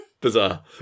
Bizarre